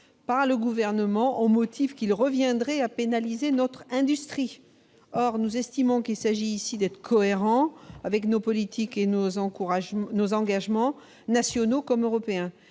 par le Gouvernement, au motif qu'il tendrait à pénaliser notre industrie. Or nous estimons qu'il s'agit ici d'être cohérents avec nos politiques et nos engagements, tant nationaux qu'européens.